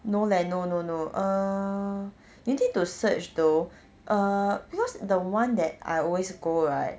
no no no no no uh you need to search though because the one that I always go right